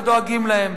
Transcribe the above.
ודואגים להם.